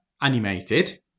animated